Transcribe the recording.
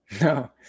no